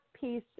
piece